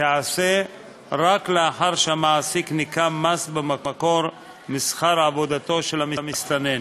תיעשה רק לאחר שהמעסיק ניכה מס במקור משכר עבודתו של המסתנן.